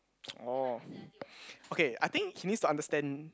oh okay I think he needs to understand